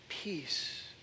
peace